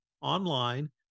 online